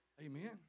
Amen